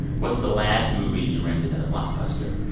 what's the last movie you rented at a blockbuster?